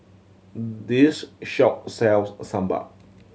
this shop sells sambal